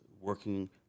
working